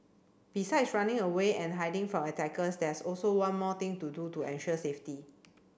besides running away and hiding from attackers there's also one more thing to do to ensure safety